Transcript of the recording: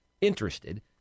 interested